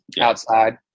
outside